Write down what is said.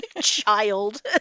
child